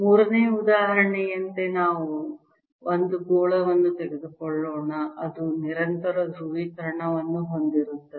ಮೂರನೆಯ ಉದಾಹರಣೆಯಂತೆ ನಾವು ಒಂದು ಗೋಳವನ್ನು ತೆಗೆದುಕೊಳ್ಳೋಣ ಅದು ನಿರಂತರ ಧ್ರುವೀಕರಣವನ್ನು ಹೊಂದಿರುತ್ತದೆ